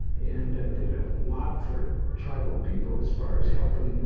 and did a lot for tribal people as far as helping.